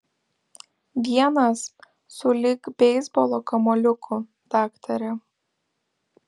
vienas sulig beisbolo kamuoliuku daktare